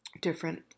Different